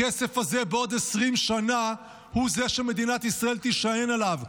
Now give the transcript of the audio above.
בעוד 20 שנה הכסף הזה הוא זה שמדינת ישראל תישען עליו,